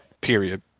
period